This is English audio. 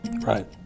Right